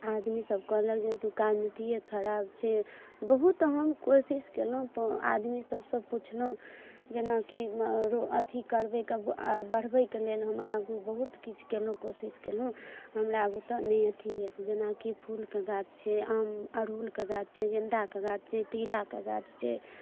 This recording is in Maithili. आदमी सभ कहलक जे एतुक्का मिट्टिये खराब छै बहुत हम कोशिश कयलहुँ आदमी सभसँ पुछलहुँ जेना कि अथि करबै बढ़बैके लेल हम आगू बहुत किछु कयलहुँ कोशिश कयलहुँ हमरा बूते नहि अथी भेल जेना कि फूलके गाछ छै आम अरहुलके गाछ छै गेन्दाके गाछ छै तीराके गाछ छै